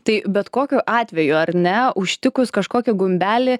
tai bet kokiu atveju ar ne užtikus kažkokį gumbelį